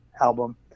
album